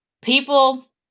People